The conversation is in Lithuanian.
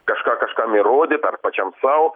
kažką kažkam įrodyt ar pačiam sau